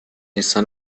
está